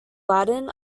latin